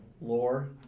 lore